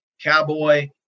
Cowboy